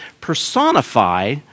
personify